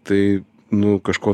tai nu kažko